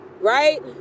right